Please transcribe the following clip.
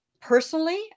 Personally